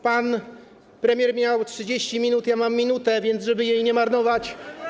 Pan premier miał 30 minut, ja mam 1 minutę, więc żeby jej nie marnować.